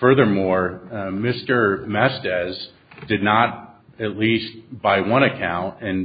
furthermore mr master does did not at least by one account and